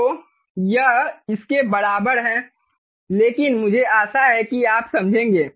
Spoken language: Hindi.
तो यह इसके बराबर है लेकिन मुझे आशा है कि आप समझेंगे